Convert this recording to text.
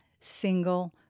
single